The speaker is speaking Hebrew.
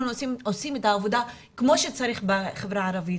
עושים את העבודה כמו שצריך בחברה הערבית.